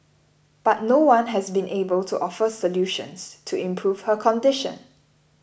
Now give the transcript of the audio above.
but no one has been able to offer solutions to improve her condition